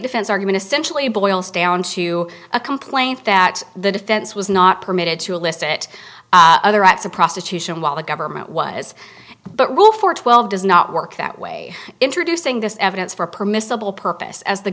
defense argument essentially boils down to a complaint that the defense was not permitted to illicit other acts of prostitution while the government was but rule for twelve does not work that way introducing this evidence for a permissible purpose as the